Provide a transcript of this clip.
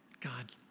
God